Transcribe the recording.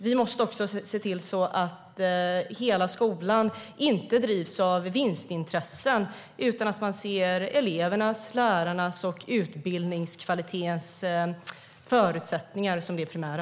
Vi måste också se till att hela skolan inte drivs av vinstintressen utan att man ser elevernas, lärarnas och utbildningskvalitetens förutsättningar som det primära.